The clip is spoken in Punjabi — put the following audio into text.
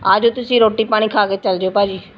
ਆ ਜਾਉ ਤੁਸੀਂ ਰੋਟੀ ਪਾਣੀ ਖਾ ਕੇ ਚੱਲ ਜਾਇਉ ਭਾਅ ਜੀ